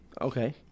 Okay